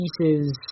pieces